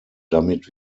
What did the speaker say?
damit